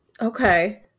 Okay